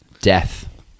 Death